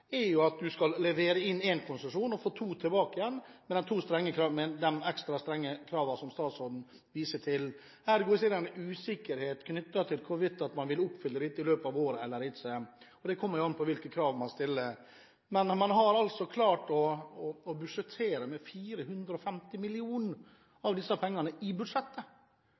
at du skal levere inn en konsesjon og få to tilbake igjen, med de ekstra strenge kravene som statsråden viser til. Her er det usikkerhet knyttet til hvorvidt man vil oppfylle dette i løpet av året eller ikke. Det kommer jo an på hvilke krav man stiller. Men man har altså klart å budsjettere med 450 mill. kr av disse pengene i budsjettet.